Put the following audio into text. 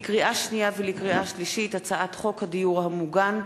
לקריאה שנייה ולקריאה שלישית: הצעת חוק הדיור המוגן,